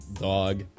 dog